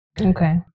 Okay